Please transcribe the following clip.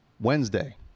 Wednesday